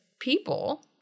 People